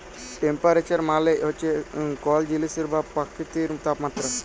temperature মালে হছে কল জিলিসের বা পকিতির তাপমাত্রা